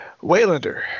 Waylander